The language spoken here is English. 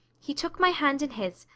he took my hand in his,